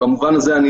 במובן הזה,